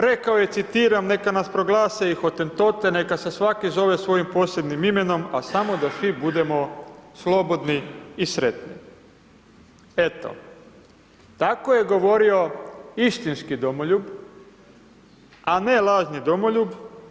Rekao je, citiram: „Neka nas proglase i hotentote, neka se svaki zove svojim posebnim imenom, a samo da svi budemo slobodni i sretni.“ Eto, tako je govorio istinski domoljub, a ne lažni domoljub.